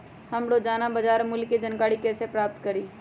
हम रोजाना बाजार मूल्य के जानकारी कईसे पता करी?